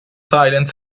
silent